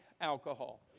alcohol